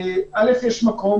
א', יש מקום.